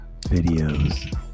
Videos